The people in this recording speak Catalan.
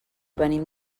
venim